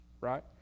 Right